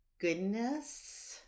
goodness